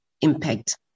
impact